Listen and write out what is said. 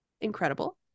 Incredible